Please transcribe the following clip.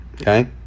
Okay